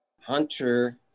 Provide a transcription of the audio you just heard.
Hunter